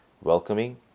Welcoming